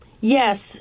Yes